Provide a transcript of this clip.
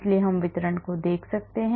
इसलिए हम वितरण को देख सकते हैं